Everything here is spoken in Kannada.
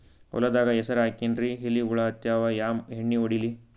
ಹೊಲದಾಗ ಹೆಸರ ಹಾಕಿನ್ರಿ, ಎಲಿ ಹುಳ ಹತ್ಯಾವ, ಯಾ ಎಣ್ಣೀ ಹೊಡಿಲಿ?